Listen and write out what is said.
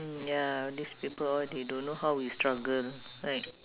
mm ya these people hor they don't know how we struggle right